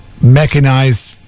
mechanized